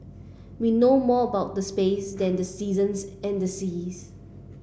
we know more about the space than the seasons and the seas